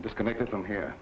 disconnected from here